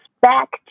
back